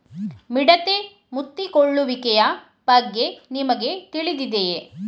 ಮಿಡತೆ ಮುತ್ತಿಕೊಳ್ಳುವಿಕೆಯ ಬಗ್ಗೆ ನಿಮಗೆ ತಿಳಿದಿದೆಯೇ?